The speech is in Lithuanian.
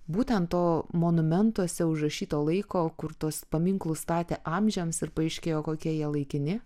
būtent to monumentuose užrašyto laiko kur tuos paminklus statė amžiams ir paaiškėjo kokie jie laikini